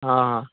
हँ